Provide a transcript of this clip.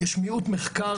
יש מיעוט מחקר,